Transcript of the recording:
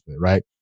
right